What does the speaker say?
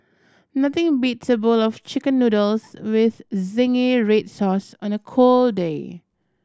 nothing beats a bowl of Chicken Noodles with zingy red sauce on a cold day